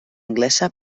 anglesa